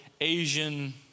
Asian